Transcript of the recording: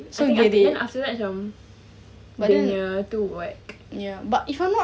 after that after that macam dia punya tu what